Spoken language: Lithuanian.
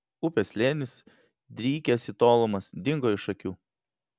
upės slėnis drykęs į tolumas dingo iš akių